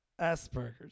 Aspergers